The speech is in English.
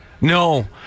No